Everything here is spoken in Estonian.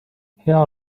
hea